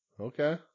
okay